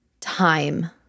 time